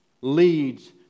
leads